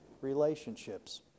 relationships